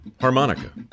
harmonica